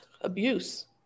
abuse